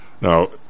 Now